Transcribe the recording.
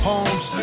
Homes